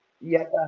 Yes